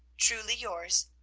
truly yours,